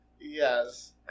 Yes